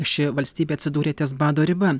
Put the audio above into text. ši valstybė atsidūrė ties bado riba